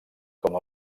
com